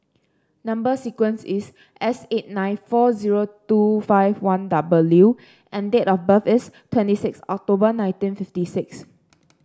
number sequence is S eight nine four zero two five one W and date of birth is twenty six October nineteen fifty six